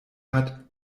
hat